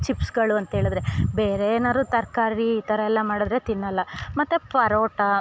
ಚಿಪ್ಸ್ಗಳು ಅಂತೇಳಿದ್ರೆ ಬೇರೇ ಏನಾರು ತರಕಾರಿ ಈ ಥರ ಎಲ್ಲ ಮಾಡಿದ್ರೆ ತಿನ್ನೊಲ್ಲಾ ಮತ್ತು ಪರೋಟ